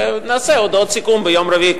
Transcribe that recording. ונעשה הודעות סיכום ביום רביעי,